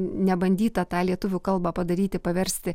nebandyta tą lietuvių kalbą padaryti paversti